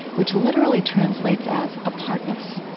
which literally translates as apartness.